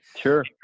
Sure